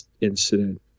incident